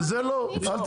לזה אל תיתני.